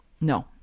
No